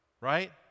right